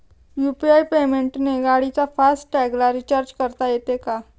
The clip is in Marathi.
यु.पी.आय पेमेंटने गाडीच्या फास्ट टॅगला रिर्चाज करता येते का?